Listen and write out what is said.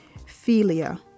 philia